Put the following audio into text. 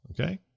Okay